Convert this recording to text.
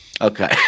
Okay